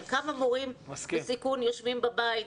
על כמה מורים בסיכון יושבים בבית.